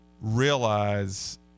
realize